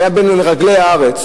שהיה בין מרגלי הארץ,